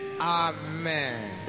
Amen